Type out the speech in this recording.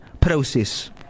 process